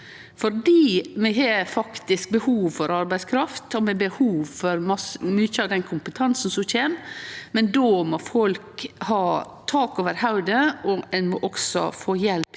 for vi har faktisk behov for arbeidskraft, vi har behov for mykje av den kompetansen som kjem, men då må folk ha tak over hovudet, og ein må også få hjelp